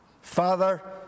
Father